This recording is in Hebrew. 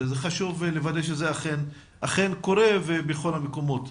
חשוב לוודא שזה אכן קורה ובכל המקומות,